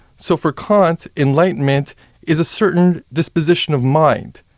so for kant, enlightenment is a certain disposition of mind.